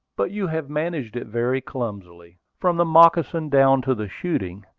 but you have managed it very clumsily, from the moccasin down to the shooting.